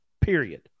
period